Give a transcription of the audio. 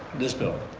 this bill.